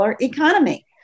economy